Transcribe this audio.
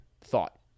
thought